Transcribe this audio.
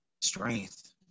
strength